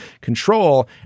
control